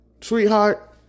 sweetheart